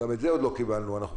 גם על זה עוד לא קיבלנו נתונים.